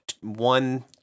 one